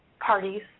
parties